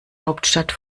hauptstadt